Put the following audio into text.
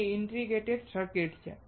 તે બધા integrated circuits છે